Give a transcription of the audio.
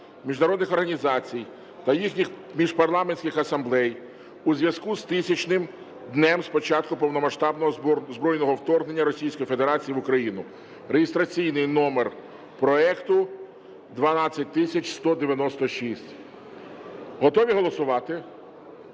міжнародних організацій та їхніх міжпарламентських асамблей у зв’язку із 1000-м днем з початку повномасштабного збройного вторгнення російської федерації в Україну (реєстраційний номер проекту 12196). Готові голосувати?